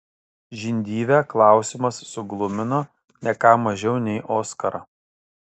žindyvę klausimas suglumino ne ką mažiau nei oskarą